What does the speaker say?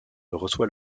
reçoit